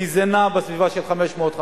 כי זה נע בסביבה של 550,